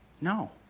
No